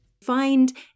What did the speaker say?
Find